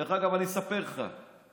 דרך אגב, אני אספר לך משהו.